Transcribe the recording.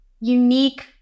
unique